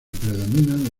predominan